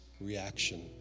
reaction